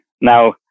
Now